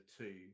two